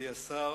מכובדי השר,